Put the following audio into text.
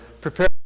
prepare